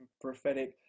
prophetic